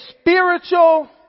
spiritual